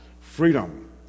freedom